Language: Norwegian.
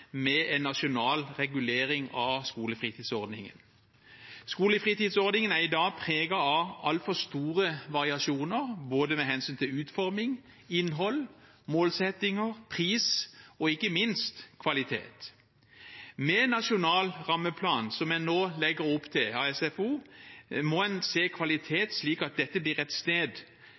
med en nasjonal regulering av skolefritidsordningen. Skolefritidsordningen er i dag preget av altfor store variasjoner med hensyn til både utforming, innhold, målsettinger, pris og ikke minst kvalitet. Med en nasjonal rammeplan for SFO – som en nå legger opp til – må en se på kvalitet, slik at dette blir et sted